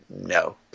No